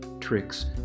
tricks